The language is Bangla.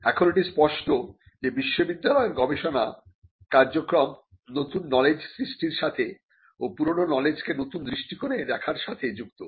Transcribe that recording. এখন এটি স্পষ্ট যে বিশ্ববিদ্যালয়ের গবেষণা কার্যক্রম নতুন নলেজ সৃষ্টির সাথে ও পুরনো নলেজ কে নতুন দৃষ্টিকোণে দেখার সাথে যুক্ত